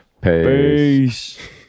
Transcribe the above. Peace